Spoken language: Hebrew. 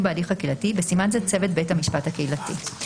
בהליך הקהילתי (בסימן זה צוות בית המשפט הקהילתי).